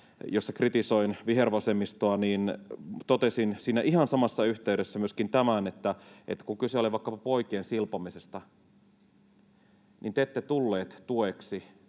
jossa kritisoin vihervasemmistoa, totesin siinä ihan samassa yhteydessä myöskin, että kun kyse oli vaikkapa poikien silpomisesta, niin te ette tulleet tueksi